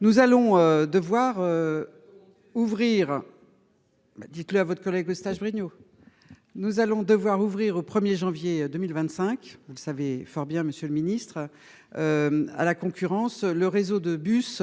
Nous allons devoir ouvrir au 1er janvier 2025, vous le savez fort bien, Monsieur le Ministre. À la concurrence. Le réseau de bus